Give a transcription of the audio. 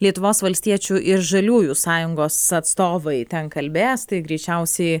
lietuvos valstiečių ir žaliųjų sąjungos atstovai ten kalbės tai greičiausiai